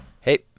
Hey